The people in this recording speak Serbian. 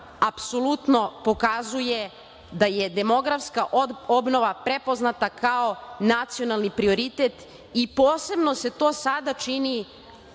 apsolutno pokazuje da je demografska obnova prepoznata kao nacionalni prioritet i posebno se to sada čini